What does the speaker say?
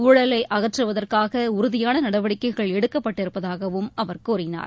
ஊழலை அகற்றுவதற்காக உறுதியான நடவடிக்கைகள் எடுக்கப்பட்டிருப்பதாகவும் அவர் கூறினார்